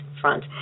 front